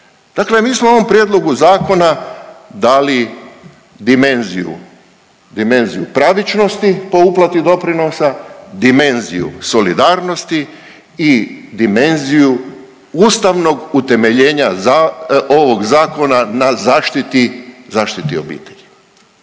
Dakle, mi smo ovom prijedlogu zakona dali dimenziju, dimenziju pravičnosti po uplati doprinosa, dimenziju solidarnosti i dimenziju ustavnog utemeljenja ovog zakona na zaštiti obitelji.